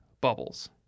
bubbles